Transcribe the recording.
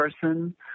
person